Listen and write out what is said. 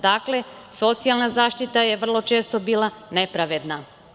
Dakle, socijalna zaštita je vrlo često bila nepravedna.